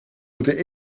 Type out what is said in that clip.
moeten